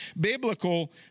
biblical